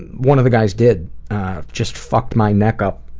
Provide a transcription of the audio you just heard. one of the guys did just fucked my neck up.